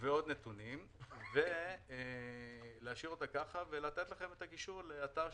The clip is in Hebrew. ועוד נתונים ולהשאיר אותה ככה ולתת לכם את הקישור לאתר,